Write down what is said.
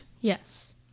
Yes